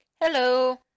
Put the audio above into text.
Hello